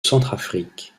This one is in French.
centrafrique